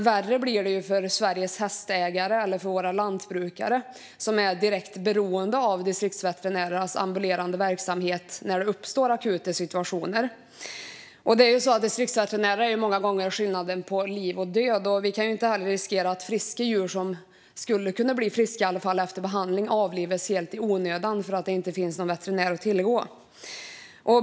Värre är det för Sveriges hästägare och lantbrukare, som är direkt beroende av Distriktsveterinärernas ambulerande verksamhet när det uppstår akuta situationer. Distriktsveterinärer är många gånger skillnaden mellan liv och död. Vi kan inte riskera att djur som skulle kunna bli friska efter behandling avlivas helt i onödan för att det inte finns någon veterinär att tillgå.